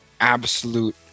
absolute